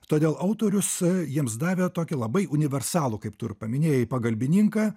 todėl autorius jiems davė tokį labai universalų kaip tu ir paminėjai pagalbininką